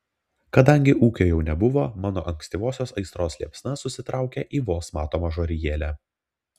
kadangi ūkio jau nebuvo mano ankstyvosios aistros liepsna susitraukė į vos matomą žarijėlę